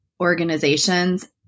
organizations